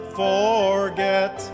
forget